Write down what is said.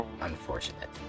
unfortunate